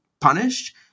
punished